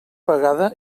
vegada